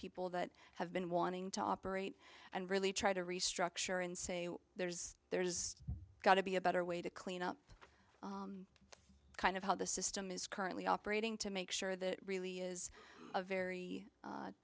people that have been wanting to operate and really try to restructure and say there's there's got to be a better way to clean up kind of how the system is currently operating to make sure that really is a very